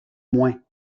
moins